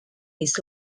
his